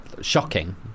shocking